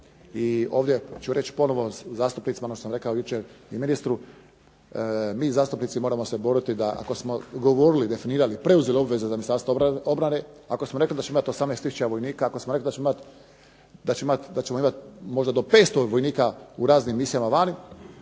i ovdje ću reći ponovno zastupnicima ono što sam rekao jučer ministru, mi zastupnici moramo se boriti da ako smo govorili, definirali obveze Ministarstva obrane ako smo rekli da će imati 18 tisuća vojnika, da ćemo imati do 500 vojnika u misijama vani,